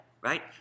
right